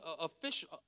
official